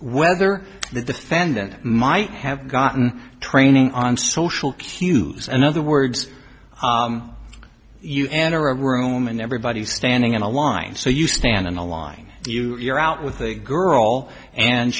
whether the defendant might have gotten training on social cues and other words you enter a room and everybody standing in a line so you stand in a line you're out with a girl and